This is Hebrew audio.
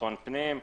ביטחון פנים,